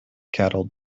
cattle